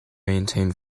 maintain